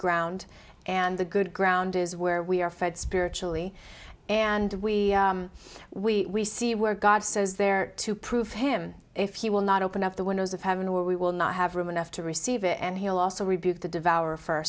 ground and the good ground is where we are fed spiritually and we we see where god says there to prove him if he will not open up the windows of heaven where we will not have room enough to receive it and he will also rebuke to devour for